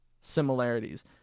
similarities